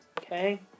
Okay